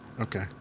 Okay